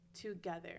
together